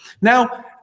now